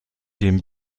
dem